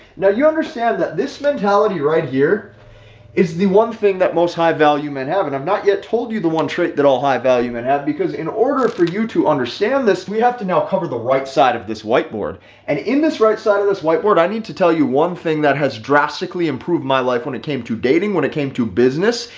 now you understand that this mentality right here is the one thing that most high value men have and i've not yet told you the one trick that all high value men have because in order for you to understand this, we have to now cover the right side of this whiteboard and in this right inside of this whiteboard, i need to tell you one thing that has drastically improved my life when it came to dating when it came to business,